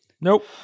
Nope